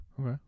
Okay